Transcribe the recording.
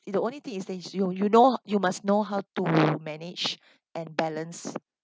the only thing is then you you know you must know how to manage and balance